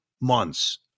months